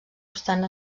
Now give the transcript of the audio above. obstant